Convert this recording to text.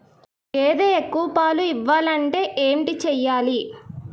గేదె ఎక్కువ పాలు ఇవ్వాలంటే ఏంటి చెయాలి?